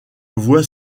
voie